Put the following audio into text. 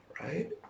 Right